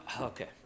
Okay